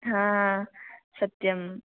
आम् सत्यम्